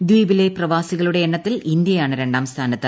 ദ്വീപിലെ പ്രവാസികളുടെ എണ്ണത്തിൽ ഇന്ത്യയാണ് രണ്ടാം സ്ഥാനത്ത്